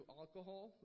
alcohol